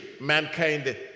mankind